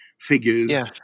figures